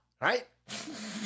Right